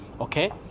Okay